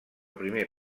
primer